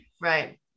right